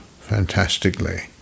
fantastically